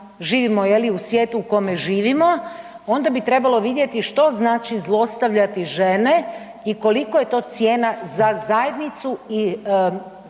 živimo u svijetu je li u kome živimo onda bi trebalo vidjeti što znači zlostavljati žene i koliko je to cijena za zajednicu i